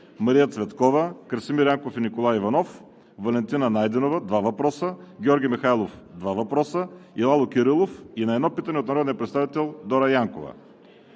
Мария Цветкова; Красимир Янков и Николай Иванов; Валентина Найденова – два въпроса; Георги Михайлов – два въпроса; и Лало Кирилов и на едно питане от народния представител Дора Янкова.